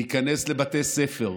להיכנס לבתי ספר,